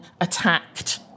attacked